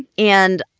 and,